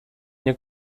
nie